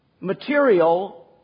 material